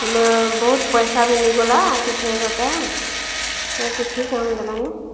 ବହୁତ୍ ପଇସା ବି ନେଇଗଲା ଆର୍ ସେ ଫେନ୍ରଟା ଆଉ କିଛି କାମ୍ ଦେଲାନି